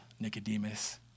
Nicodemus